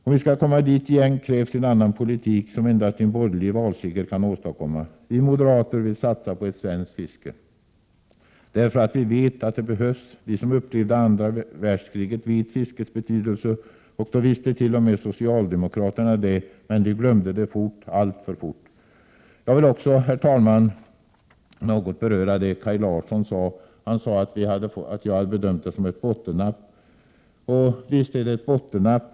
Om vi skall komma dit igen krävs en annan politik, som endast en borgerlig valseger kan åstadkomma. Vi moderater vill satsa på ett svenskt fiske, därför att vi vet att det behövs. Vi som upplevde andra världskriget känner till fiskets betydelse. Då kände t.o.m. socialdemokraterna till det, men de glömde det fort — alltför fort. Jag vill också, herr talman, något beröra det Kaj Larsson sade. Han sade att jag hade gjort bedömningen att det var fråga om ett bottennapp. Visst är det ett bottennapp.